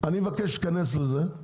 אני מבקש, תיכנס לזה,